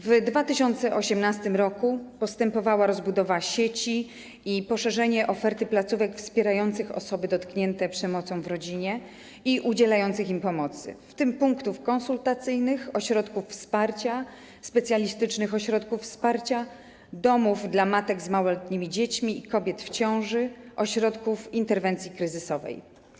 W 2018 r. postępowała rozbudowa sieci i poszerzenie oferty placówek wspierających osoby dotknięte przemocą w rodzinie i udzielających im pomocy, w tym punktów konsultacyjnych, ośrodków wsparcia, specjalistycznych ośrodków wsparcia, domów dla matek z małoletnimi dziećmi i kobiet w ciąży, ośrodków interwencji kryzysowej.